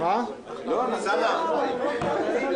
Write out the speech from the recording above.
לדעתי,